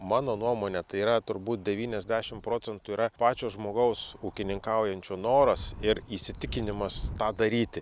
mano nuomone tai yra turbūt devyniasdešim procentų yra pačio žmogaus ūkininkaujančio noras ir įsitikinimas tą daryti